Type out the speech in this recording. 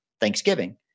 Thanksgiving